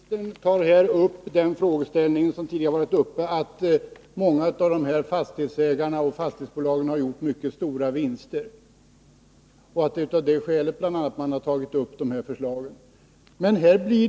Herr talman! Bostadsministern tar här upp den frågeställning som tidigare varit uppe och som gäller det förhållandet att många av fastighetsägarna har gjort mycket stora vinster, vilket är ett av skälen till att de här förslagen har rests.